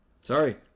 Sorry